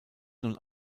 nun